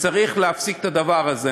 וצריך להפסיק את הדבר הזה.